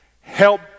help